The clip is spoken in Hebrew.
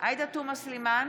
עאידה תומא סלימאן,